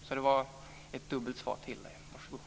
Detta var ett dubbelt svar till Kalle Larsson. Varsågod!